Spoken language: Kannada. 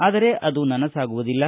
ಆದರೆ ಅದು ನನಸಾಗುವುದಿಲ್ಲ